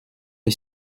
est